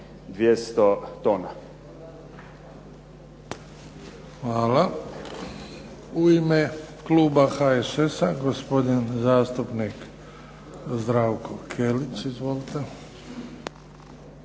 Hvala. U ime kluba HSS-a, gospodin zastupnik Zdravko Kelić. Izvolite.